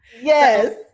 Yes